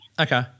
okay